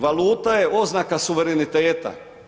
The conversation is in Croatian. Valuta je oznaka suvereniteta.